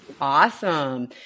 Awesome